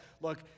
look